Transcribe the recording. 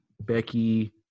Becky